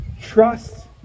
Trust